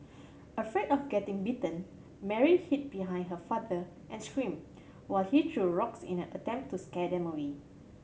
afraid of getting bitten Mary hid behind her father and screamed while he threw rocks in a attempt to scare them away